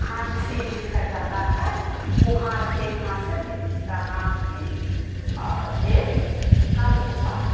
हाथी भी खरिदाता है कुम्हार के यहाँ से मिट्टी का हाथी और एक कलशा